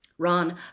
Ron